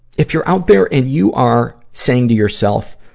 if you're out there and you are saying to yourself,